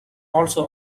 also